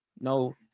No